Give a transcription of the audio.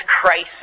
crisis